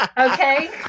Okay